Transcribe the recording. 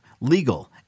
legal